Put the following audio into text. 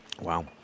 Wow